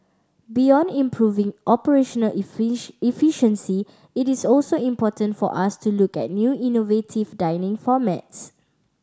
beyond improving operational efficiency it is also important for us to look at new innovative dining formats